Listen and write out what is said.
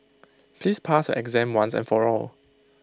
please pass your exam once and for all